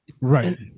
right